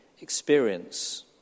experience